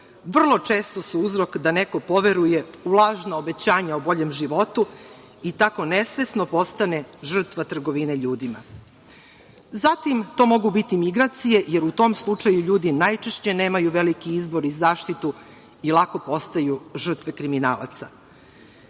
vrlo često su uzrok da neko poveruje u lažna obećanja o boljem životu i tako nesvesno postane žrtva trgovine ljudima. Zatim, to mogu biti migracije, jer u tom slučaju ljudi najčešće nemaju veliki izbor i zaštitu i lako postaju žrtve kriminalaca.